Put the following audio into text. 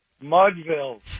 Mudville